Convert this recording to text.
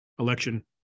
election